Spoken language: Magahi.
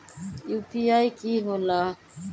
यू.पी.आई कि होला?